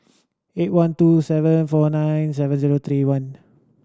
eight one two seven four nine seven zero three one